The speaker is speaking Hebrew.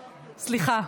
סליחה.